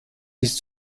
ist